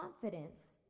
confidence